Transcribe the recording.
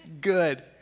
good